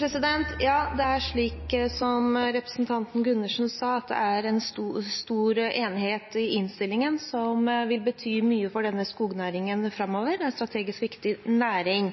Det er – som representanten Gundersen sa – stor enighet i innstillingen, som vil bety mye for skognæringen framover, en strategisk viktig næring.